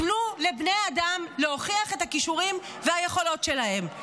תנו לבני אדם להוכיח את הכישורים ואת היכולות שלהם.